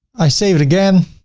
i save it again.